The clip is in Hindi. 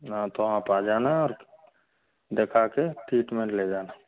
हाँ तो आप आ जाना देखाके ट्रीटमेंट ले जाना